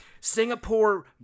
Singapore